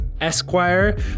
Esquire